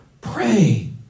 pray